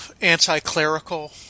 anti-clerical